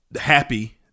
happy